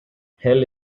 hell